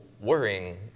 worrying